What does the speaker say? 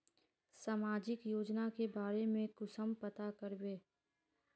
सामाजिक योजना के बारे में कुंसम पता करबे?